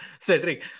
Cedric